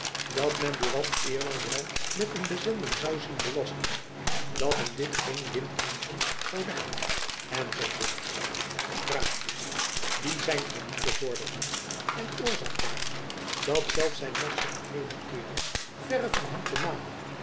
dat men buat eerlang wel met een bezending zoû zien belasten dat hem dit geen wind eieren zou leggen enz praatjens die zijn krediet bevorderden en oorzaak waren dat zelfs zijn lastigste krediteuren verre van hem te manen